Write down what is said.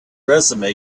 resume